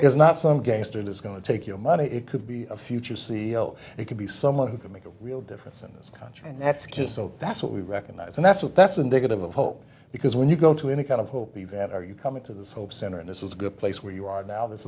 is not some gangster is going to take your money it could be a future c e o it could be someone who can make a real difference in this country and that's just so that's what we recognize and that's what that's indicative of hope because when you go to any kind of hope event are you coming to the soap center and this is a good place where you are now this